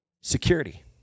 security